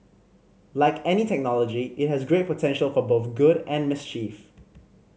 like any technology it has great potential for both good and mischief